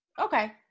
Okay